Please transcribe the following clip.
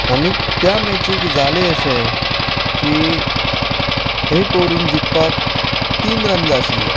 आनी त्या मॅचीक जालें अशें की एक ओवरीन जिखपाक तीन रन जाय आशिल्ले